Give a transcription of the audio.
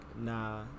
Nah